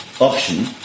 option